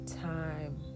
time